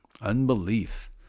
Unbelief